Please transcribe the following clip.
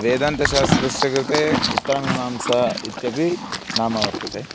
वेदान्तशास्त्रस्य कृते उत्तरमीमांसा इत्यपि नाम वर्तते